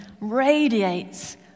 radiates